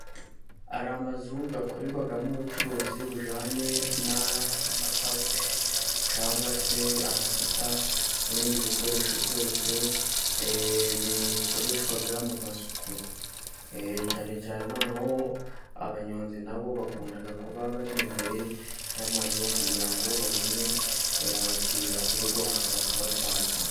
Hari amazu akorerwamo ubucuruzi bujyanye n'amasabune, cyangwa se amavuta n'ibindi bikoresho byose bikoreshwa mu masuku. Cyane cyane noneho abanyonzi na bo bakunda kuba bari imbere y'amazu, kugira ngo babone abakiriya bavuye guhaha bakabatwaza.